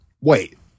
Wait